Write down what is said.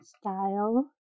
style